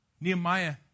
Nehemiah